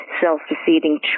self-defeating